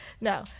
no